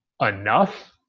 enough